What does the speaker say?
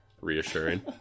reassuring